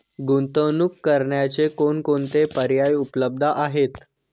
गुंतवणूक करण्याचे कोणकोणते पर्याय उपलब्ध आहेत?